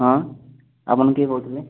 ହଁ ଆପଣ କିଏ କହୁଥିଲେ